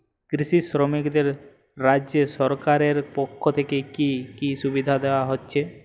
কৃষি শ্রমিকদের রাজ্য সরকারের পক্ষ থেকে কি কি সুবিধা দেওয়া হয়েছে?